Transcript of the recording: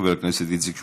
חבר הכנסת איציק שמולי,